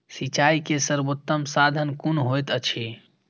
सिंचाई के सर्वोत्तम साधन कुन होएत अछि?